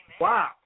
Wow